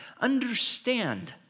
understand